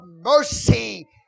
mercy